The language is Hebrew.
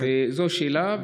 זו השאלה.